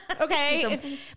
Okay